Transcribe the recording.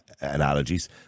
analogies